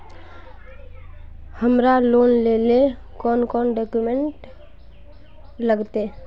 हमरा लोन लेले कौन कौन डॉक्यूमेंट लगते?